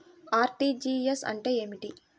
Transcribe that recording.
RTGS అంటే ఏమిటి?